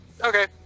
okay